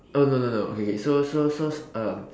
oh no no no okay okay so so so um